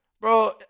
Bro